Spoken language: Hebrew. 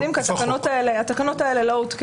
אין כללים ומועדים כי התקנות האלה לא הותקנו.